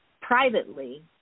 privately